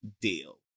deal